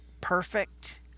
perfect